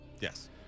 Yes